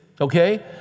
Okay